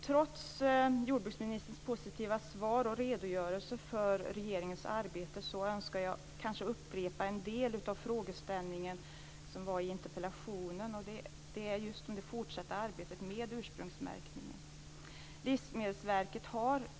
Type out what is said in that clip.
Trots jordbruksministerns positiva svar och redogörelse för regeringens arbete vill jag ändå upprepa en del av frågeställningen som fanns i interpellationen. Det gäller det fortsatta arbetet med ursprungsmärkning.